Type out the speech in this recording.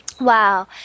Wow